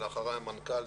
ואחרי המנכ"ל,